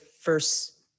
first –